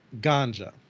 Ganja